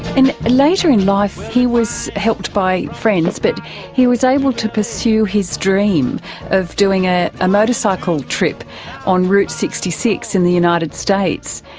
in life ah so he was helped by friends, but he was able to pursue his dream of doing a ah motorcycle trip on route sixty six in the united states.